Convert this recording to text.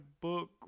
book